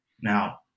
Now